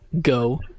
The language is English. go